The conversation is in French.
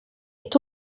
est